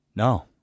No